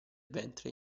ventre